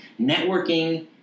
Networking